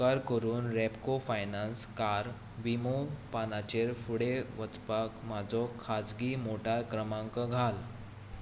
उपकार करून Repco finance car विमो पानाचेर फुडें वचपाक म्हजो खाजगी मोटार क्रमांक घाल